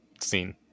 scene